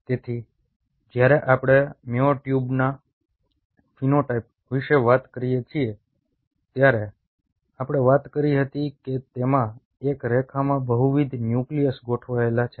તેથી જ્યારે આપણે મ્યોટ્યુબના ફિનોટાઇપ વિશે વાત કરીએ છીએ ત્યારે આપણે વાત કરી હતી કે તેમાં એક રેખામાં બહુવિધ ન્યુક્લિય ગોઠવાયેલા છે